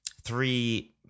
three